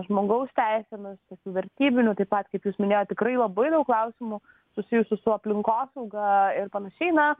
žmogaus teisėmis tokių vertybinių taip pat kaip jūs minėjot tikrai labai daug klausimų susijusių su aplinkosauga ir panašiai na